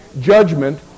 judgment